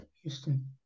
Houston